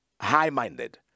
high-minded